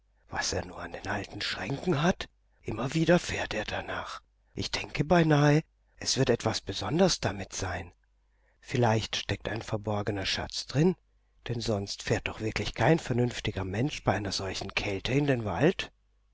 was er nur an den alten schränken hat immer wieder fährt er danach ich denke beinahe es wird etwas besonderes damit sein vielleicht steckt ein verborgener schatz drin denn sonst fährt doch wirklich kein vernünftiger mensch bei einer solchen kälte in den wald